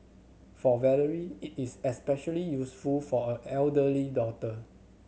for Valerie this is especially useful for her elder daughter